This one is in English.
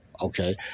Okay